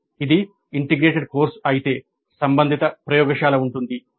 " ఇది integrated course అయితే సంబంధిత ప్రయోగశాల ఉంటుంది